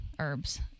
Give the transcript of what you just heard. herbs